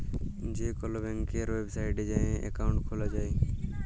যে কল ব্যাংকের ওয়েবসাইটে যাঁয়ে একাউল্ট খুলা যায়